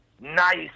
nice